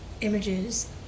images